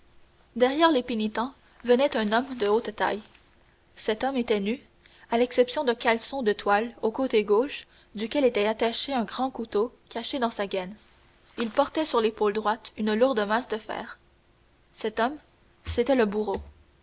derrière les pénitents venait un homme de haute taille cet homme était nu à l'exception d'un caleçon de toile au côté gauche duquel était attaché un grand couteau caché dans sa gaine il portait sur l'épaule droite une lourde masse de fer cet homme c'était le bourreau